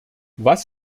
was